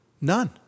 None